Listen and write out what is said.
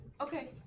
Okay